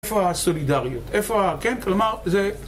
איפה הסולידריות, איפה ה... כן, כלומר, זה...